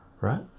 right